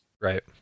right